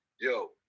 Yo